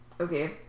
Okay